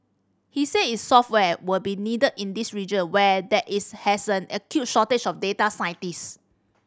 he said its software will be needed in this region where there is has an acute shortage of data scientist